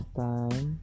time